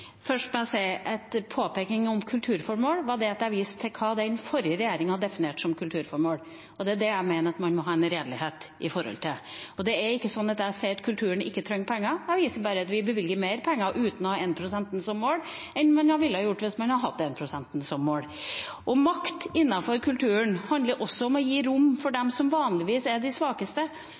Først må jeg si at påpekingen om kulturformål var at jeg viste til hva den forrige regjeringa definerte som kulturformål. Det er der jeg mener at man må ha en redelighet. Og det er ikke sånn at jeg sier at kulturen ikke trenger penger, jeg bare viser til at vi bevilger mer penger uten å ha 1 pst. som mål, enn man ville gjort hvis man hadde hatt 1 pst. som mål. Makt innenfor kulturen handler også om å gi rom for dem som vanligvis er de svakeste.